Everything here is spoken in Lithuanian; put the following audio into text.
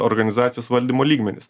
organizacijos valdymo lygmenis